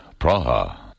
Praha